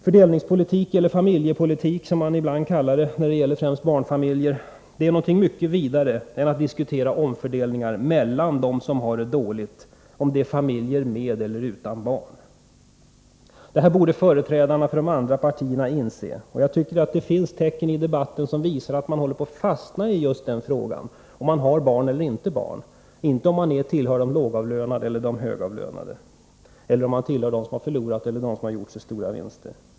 Fördelningspolitik — eller familjepolitik som man ibland kallar det när det gäller främst barnfamiljer — är någonting mycket vidare än att diskutera omfördelningar mellan dem som har det dåligt, om det är familjer med eller utan barn. Det borde företrädarna för de andra partierna inse, men jag tycker att det finns tecken i debatten som visar att de håller på att fastna just i frågan om människor har barn eller inte, medan de försummar frågan om familjerna tillhör de lågavlönade eller de högavlönade, dem som har förlorat eller dem som har gjort sig stora vinster.